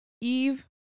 eve